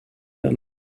them